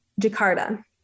Jakarta